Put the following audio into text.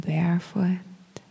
Barefoot